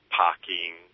parking